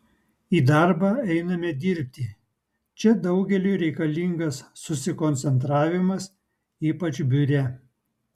į darbą einame dirbti čia daugeliui reikalingas susikoncentravimas ypač biure